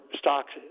stocks